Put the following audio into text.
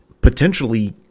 potentially